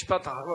משפט אחרון.